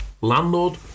Landlord